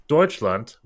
Deutschland